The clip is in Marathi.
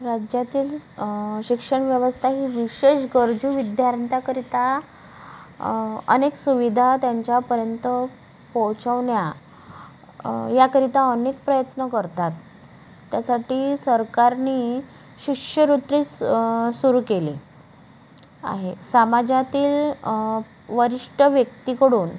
राज्यातील शिक्षण व्यवस्था ही विशेष गरजू विद्यार्थ्यांकरिता अनेक सुविधा त्यांच्यापर्यंत पोचवण्या याकरिता अनेक प्रयत्न करतात त्यासाठी सरकारने शिष्यवृत्ती स् सुरू केली आहे समाजातील वरिष्ठ व्यक्तींकडून